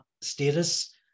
status